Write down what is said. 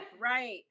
Right